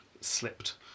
slipped